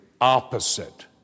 opposite